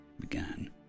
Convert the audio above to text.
began